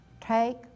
take